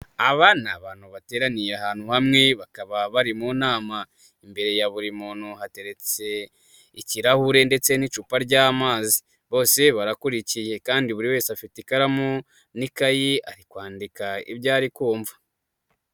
Aba ni abantu bateraniye ahantu hamwe bakaba bari mu nama, imbere ya buri muntu hateretse ikirahure ndetse n'icupa ry'amazi, bose barakurikiye kandi buri wese afite ikaramu n'ikayi, ari kwandika ibyo ari kumva.